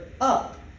up